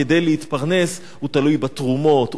כדי להתפרנס הוא תלוי בתרומות,